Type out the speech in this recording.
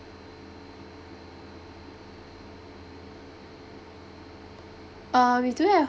uh we do have